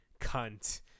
cunt